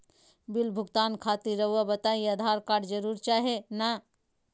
Bill भुगतान खातिर रहुआ बताइं आधार कार्ड जरूर चाहे ना?